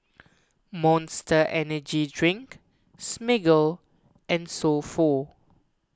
Monster Energy Drink Smiggle and So Pho